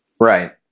Right